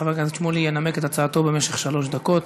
חבר הכנסת שמולי ינמק את הצעתו במשך שלוש דקות.